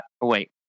wait